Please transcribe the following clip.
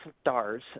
stars